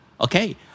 Okay